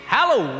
Hello